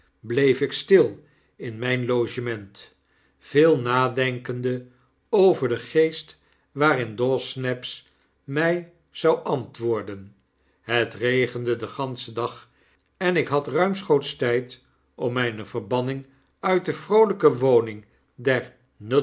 bleef ik stil in myn logement veel nadenkende over den geest waarin dawsnaps my zou antwoorden het regende den ganschen dag en ik had ruimschoots tyd om myne verbanning uit de vroolijke woning